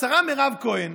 השרה מירב כהן,